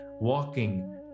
walking